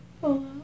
Hello